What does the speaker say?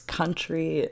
country